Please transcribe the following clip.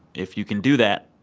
if you can do that,